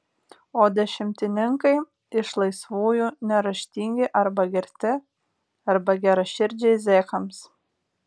o dešimtininkai iš laisvųjų neraštingi arba girti arba geraširdžiai zekams